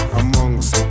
amongst